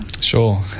Sure